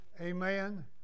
Amen